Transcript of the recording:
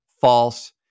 False